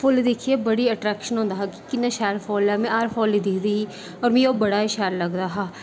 फुल्ल दिक्खियै बड़ी अटरेक्शन होंदा हा किन्ना शैल फुल्ल ऐ में हर फुल्ल गी दिखदी ही होर मिगी ओह् बड़ा गै शैल लगदा हा